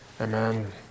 Amen